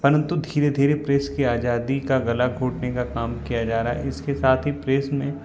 परंतु धीरे धीरे प्रेस की आज़ादी का गला घोटने का काम किया जा रहा है इसके साथ ही प्रेस में